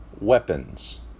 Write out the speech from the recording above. weapons